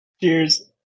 Cheers